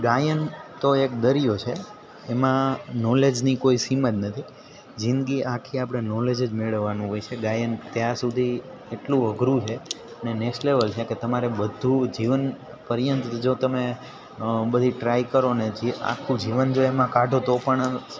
ગાયન તો એક દરિયો છે એમાં નોલેજની કોઈ સીમા નથી જિંદગી આખી આપણે નોલેજ જ મેળવવાનું હોય છે ગાયન ત્યાં સુધી એટલું અઘરું છે ને નેક્સ્ટ લેવલ છે કે તમારે બધું જીવનપર્યંત જો તમે અ બધી ટ્રાય કરોને જે આખું જીવન જો એમાં કાઢો તો પણ